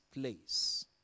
place